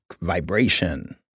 vibration